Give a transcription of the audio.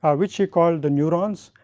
ah which he called the neurons,